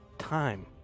Time